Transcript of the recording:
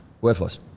Worthless